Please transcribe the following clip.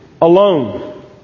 alone